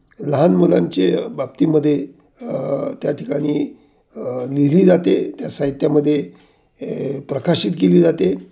लहान मुलांचे बाबतीमध्ये त्या ठिकाणी लिहिली जाते त्या साहित्यामध्ये प्रकाशित केली जाते